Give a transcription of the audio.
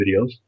videos